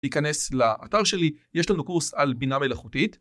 ‫להיכנס לאתר שלי, ‫יש לנו קורס על בינה מלאכותית.